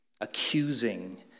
accusing